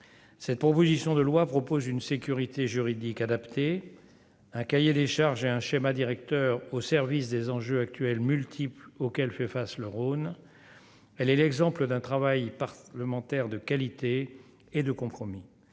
cette proposition de loi propose une sécurité juridique adapté un cahier des charges est un schéma directeur au service des enjeux actuels multiple auxquels fait face le Rhône, elle est l'exemple d'un travail par le Menteur de qualité et de compromis,